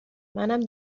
منم